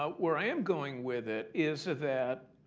ah where i am going with it is that